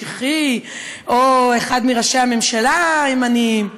הקיצוני-משיחי או אחד מראשי הממשלה הימנים.